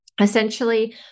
essentially